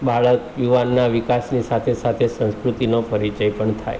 બાળક યુવાનના વિકાસની સાથે સાથે સંસ્કૃતિનો પરિચય પણ થાય